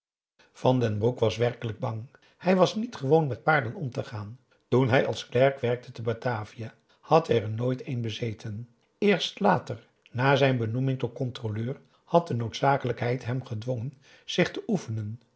van den broek was werkelijk bang hij was niet gewoon met paarden om te gaan toen hij als klerk werkte te batavia had hij er nooit een bezeten eerst later na zijn benoeming tot controleur had de noodzakelijkheid hem gedwongen zich te oefenen